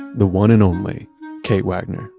the one and only kate wagner.